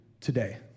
today